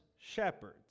shepherds